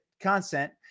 consent